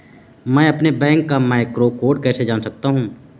मैं अपने बैंक का मैक्रो कोड कैसे जान सकता हूँ?